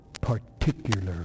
particularly